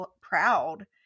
proud